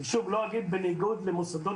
אני שוב לא אגיד בניגוד למוסדות